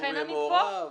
לכן אני פה.